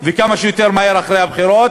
וכמה שיותר מהר אחרי הבחירות,